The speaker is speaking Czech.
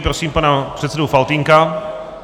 Prosím pana předsedu Faltýnka.